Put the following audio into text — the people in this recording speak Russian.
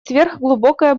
сверхглубокое